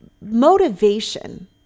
motivation